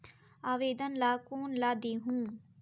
आवेदन ला कोन ला देहुं?